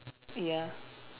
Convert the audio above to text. ya